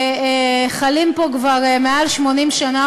שחלים פה כבר יותר מ-80 שנה,